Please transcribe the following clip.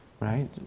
Right